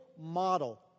model